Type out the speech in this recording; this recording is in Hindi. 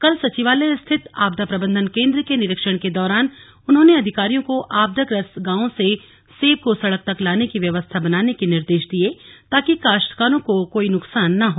कल सचिवालय रिथित आपदा प्रबन्धन केन्द्र के निरीक्षण के दौरान उन्होंने अधिकारियों को आपदाग्रस्त गांवों से सेब को सड़क तक लाने की व्यवस्था बनाने के निर्देश दिये ताकि काश्तकारों को नुकसान न हो